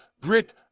grit